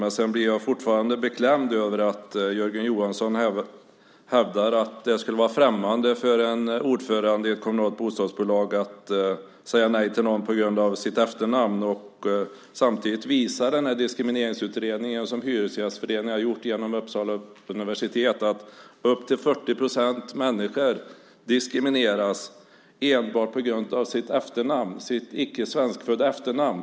Men sedan blir jag fortfarande beklämd över att Jörgen Johansson hävdar att det skulle vara främmande för en ordförande i ett kommunalt bostadsbolag att säga nej till någon på grund av dennes efternamn. Samtidigt visar den diskrimineringsutredning som Hyresgästföreningen har gjort genom Uppsala universitet att upp till 40 procent diskrimineras enbart på grund av sitt efternamn, sitt icke svenskklingande efternamn.